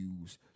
use